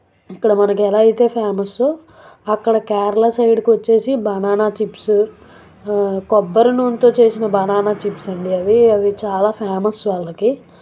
ఇక్కడ మనకి ఎలా అయితే ఫేమస్సో అక్కడ కేరళ సైడ్కి వచ్చేసి బనానా చిప్స్ కొబ్బరి నూనెతో చేసిన బనానా చిప్స్ అండి అవి అవి చాలా ఫేమస్ వాళ్ళకి